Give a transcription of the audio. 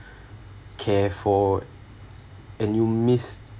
care for and you missed